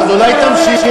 אז אולי תמשיך.